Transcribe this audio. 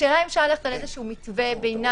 השאלה אם אפשר ללכת על איזשהו מתווה ביניים,